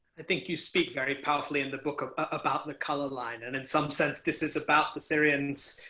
i think you speak very powerfully in the book um about the color line. and in some sense this is about the syrians